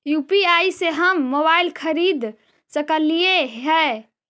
UPI से हम mobile खरिद सकलिऐ है